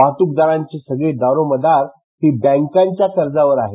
वाहतूकदाराची सगळी दारोमदार ही बॅकाच्या कर्जावर आहे